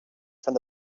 from